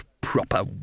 proper